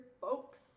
folks